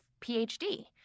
PhD